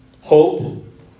Hope